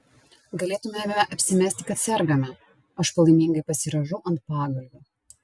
galėtumėme apsimesti kad sergame aš palaimingai pasirąžau ant pagalvių